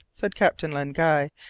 said captain len guy,